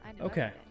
okay